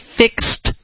fixed